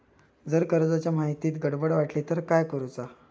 जर कर्जाच्या माहितीत गडबड वाटली तर काय करुचा?